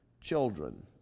children